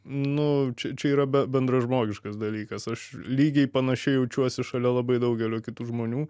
nu čia čia yra bendražmogiškas dalykas aš lygiai panašiai jaučiuosi šalia labai daugelio kitų žmonių